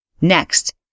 Next